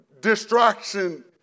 distraction